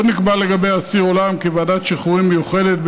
עוד נקבע לגבי אסיר עולם כי ועדת שחרורים מיוחדת,